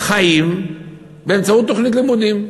חיים באמצעות תוכנית לימודים?